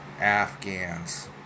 Afghans